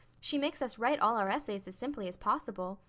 she makes us write all our essays as simply as possible.